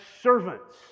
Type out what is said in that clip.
servants